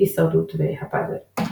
'הישרדות' ו'הפאזל'.